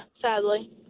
sadly